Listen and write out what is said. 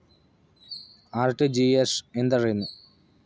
RTGS ಎಂದರೇನು?